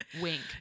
Wink